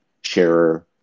share